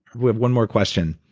we have one more question.